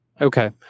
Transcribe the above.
Okay